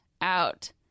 out